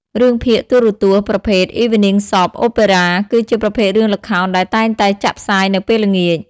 រឿងភាគទូរទស្សន៍ប្រភេទ Evening Soap Opera គឺជាប្រភេទរឿងល្ខោនដែលតែងតែចាក់ផ្សាយនៅពេលល្ងាច។